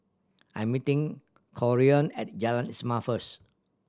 I'm meeting Corean at Jalan Ismail first